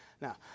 Now